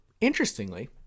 interestingly